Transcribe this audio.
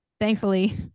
thankfully